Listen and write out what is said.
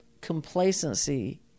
Complacency